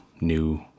new